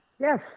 Yes